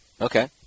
Okay